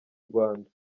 rwanda